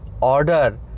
order